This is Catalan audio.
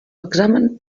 examen